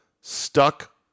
stuck